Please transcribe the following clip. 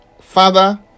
Father